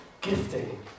gifting